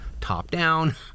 top-down